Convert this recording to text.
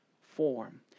form